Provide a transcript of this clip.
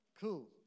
Cool